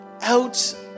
out